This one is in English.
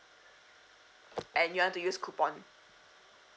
and you want to use coupon